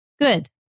good